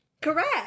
Correct